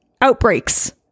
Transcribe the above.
outbreaks